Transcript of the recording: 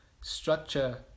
structure